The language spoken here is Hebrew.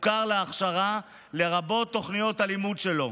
מוכר להכשרה, לרבות תוכניות הלימוד שלו.